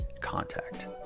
contact